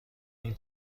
این